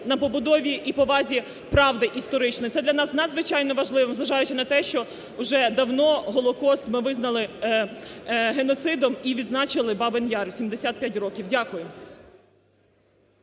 на побудові і повазі правди історичної. Це для нас є надзвичайно важливим, зважаючи на те, що вже давно Голокост ми визнали геноцидом і відзначили Бабин Яр, 75 років.